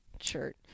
shirt